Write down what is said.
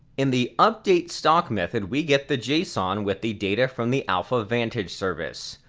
in the updatestock method we get the json with the data from the alpha vantage service.